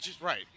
Right